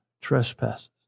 trespasses